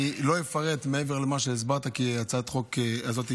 אני לא אפרט מעבר למה שהסברת, כי הצעת החוק הזאת,